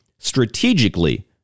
strategically